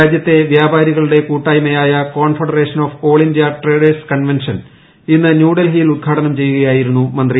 രാജ്യത്തെ വ്യാപാരികളുടെ കൂട്ടായ്മായ confederation of all India traders convention ഇന്ന് ന്യൂഡൽഹിയിൽ ഉദ്ഘാടനം ചെയ്യുകയായിരുന്നു മന്ത്രി